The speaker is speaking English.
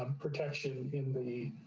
um protection in the